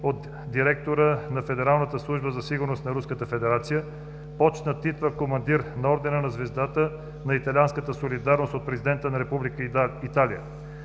от директора на Федералната служба за сигурност на Руската федерация, Командир на „Ордена на Звездата на Италианската солидарност“ от президента на Република Италия.